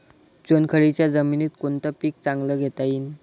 चुनखडीच्या जमीनीत कोनतं पीक चांगलं घेता येईन?